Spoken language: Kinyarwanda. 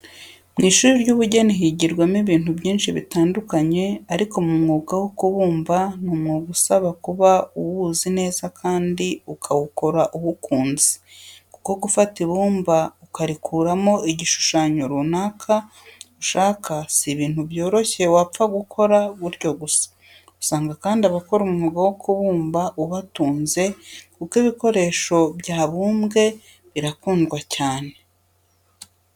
Mu ishuri ry'ubugeni higirwamo ibintu byinshi bitandukanye. Ariko mu mwuga wo kubumba ni umwuga usaba kuba uwuzi neza kandi ukawukora uwukunze kuko gufata ibumba ukarikuramo igishushanyo runaka ushaka si ibintu byoroshye wapfa gukora gutyo gusa. Usanga kandi abakora umwuga wo kubumba ubatunze kuko ibikoresho byabumbwe birakundwa cyane.